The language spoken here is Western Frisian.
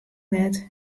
net